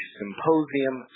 symposium